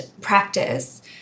practice